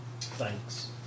Thanks